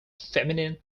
feminine